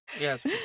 yes